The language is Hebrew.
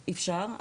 אפשר,